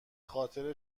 خاطر